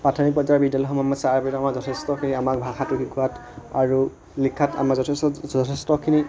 প্ৰাথমিক পৰ্যায়ৰ বিদ্যালয়ৰ সময়ত চাৰ বাইদেউসকলে আমাৰ যথেষ্টখিনি আমাক ভাষাটো শিকোৱাত আৰু লিখাত আমাৰ যথেষ্ট যথেষ্টখিনি